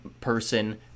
person